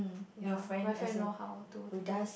ya my friend know how to do